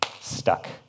stuck